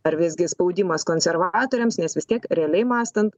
ar visgi spaudimas konservatoriams nes vis tiek realiai mąstant